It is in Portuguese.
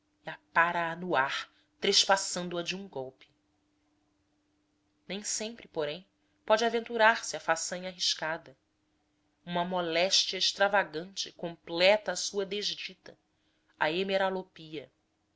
e apara a no ar trespassando a de um golpe nem sempre porém pode aventurar se à façanha arriscada uma moléstia extravagante completa a sua desdita a